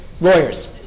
Lawyers